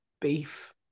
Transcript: beef